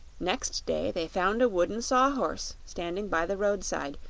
next day they found a wooden saw-horse standing by the roadside,